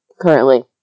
currently